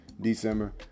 December